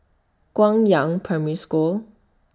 Guangyang Primary School